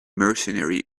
mercenary